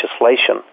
legislation